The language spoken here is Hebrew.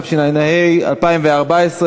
התשע"ה 2014,